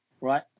right